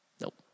nope